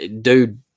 dude